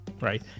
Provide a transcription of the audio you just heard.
right